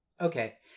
okay